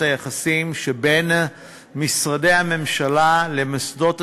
היחסים שבין משרדי הממשלה למוסדות הציבור,